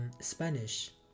spanish